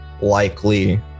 likely